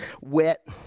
wet